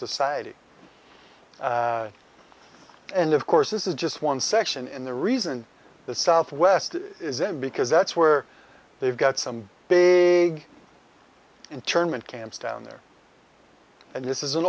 society and of course this is just one section in the reason the southwest is in because that's where they've got some big internment camps down there and this is an